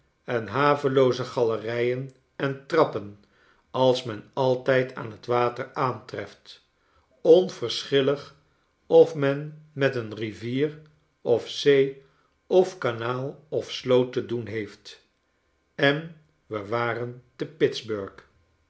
en havelooze galerijen en trappen als men altijd aan t water aantreft onverschillig of toen met een rivier of zee of kanaal of sloot te doen heeft en we waren te